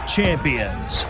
Champions